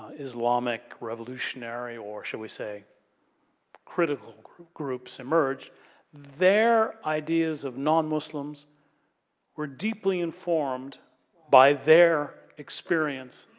islamic revolutionary or shall we say critical groups groups emerge their ideas of non-muslims were deeply informed by their experience